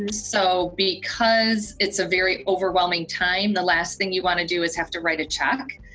um so because it's a very overwhelming time, the last thing you wanna do is have to write a check,